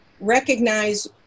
recognize